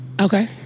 Okay